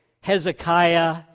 Hezekiah